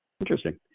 Interesting